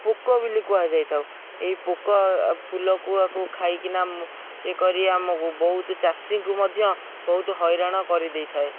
ପୋକ ବୋଲି କୁହାଯାଇଥାଉ ଏହି ପୋକ ଫୁଲକୁ ଏହାକୁ ଖାଇକିନା ଏ କରି ଆମକୁ ବହୁତ ଚାଷୀଙ୍କୁ ମଧ୍ୟ ବହୁତ ହଇରାଣ କରିଦେଇଥାଏ